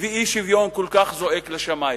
ואי-שוויון כל כך זועק לשמים.